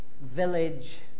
village